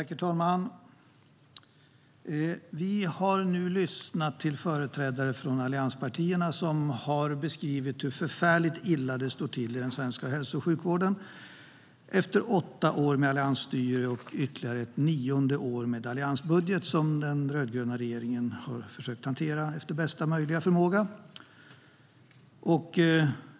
Herr talman! Vi har nu lyssnat till företrädare för allianspartierna som har beskrivit hur förfärligt illa det står till i den svenska hälso och sjukvården - detta efter åtta år med alliansstyre och ytterligare ett nionde år med alliansbudget som den rödgröna regeringen har försökt att hantera efter bästa möjliga förmåga.